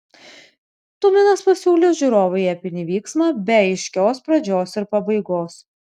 tuminas pasiūlė žiūrovui epinį vyksmą be aiškios pradžios ir pabaigos